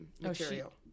material